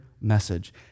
message